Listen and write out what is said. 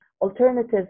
alternative